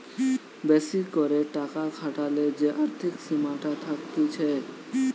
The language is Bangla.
বেশি করে টাকা খাটালে যে আর্থিক সীমাটা থাকতিছে